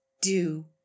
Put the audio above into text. Do